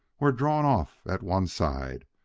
were drawn off at one side,